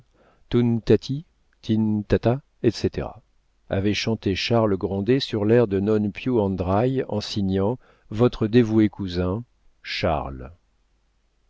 ta ta etc avait chanté charles grandet sur l'air de non più andrai en signant votre dévoué cousin charles